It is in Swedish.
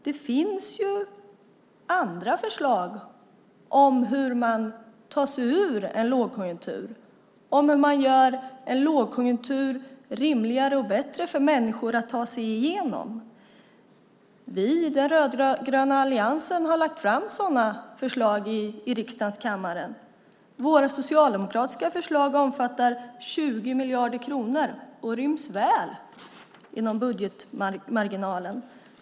Det finns andra förslag till hur man tar sig ur en lågkonjunktur, hur man gör en lågkonjunktur rimligare och bättre för människorna att ta sig igenom. Vi i den rödgröna alliansen har lagt fram sådana förslag i riksdagen. Våra socialdemokratiska förslag omfattar 20 miljarder kronor och ryms väl inom budgetmarginalen.